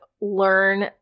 learn